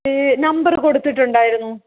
ഈ നമ്പറ് കൊടുത്തിട്ടുണ്ടായിരുന്നു